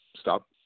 stop